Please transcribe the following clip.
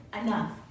enough